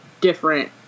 different